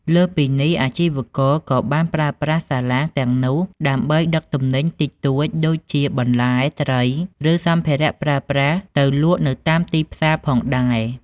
លើសពីនេះ អាជីវករក៏បានប្រើប្រាស់សាឡាងទាំងនោះដើម្បីដឹកទំនិញតិចតួចដូចជាបន្លែ ត្រី ឬសម្ភារៈប្រើប្រាស់ទៅលក់នៅតាមទីផ្សារផងដែរ។